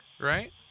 right